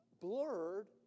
blurred